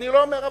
אני לא אומר.